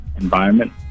environment